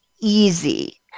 easy